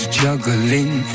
juggling